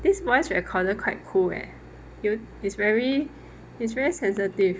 this voice recorder quite cool eh you is very it's very sensitive